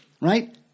Right